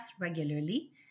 regularly